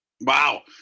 Wow